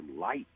light